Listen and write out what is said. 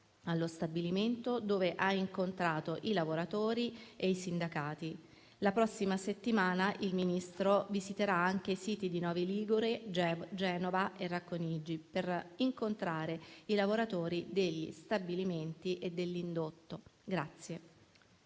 allo stabilimento, dove ha incontrato i lavoratori e i sindacati. La prossima settimana il Ministro visiterà anche i siti di Novi Ligure, Genova e Racconigi per incontrare i lavoratori degli stabilimenti e dell'indotto.